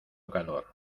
calor